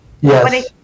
Yes